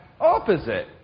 opposite